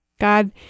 God